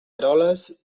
eroles